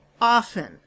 often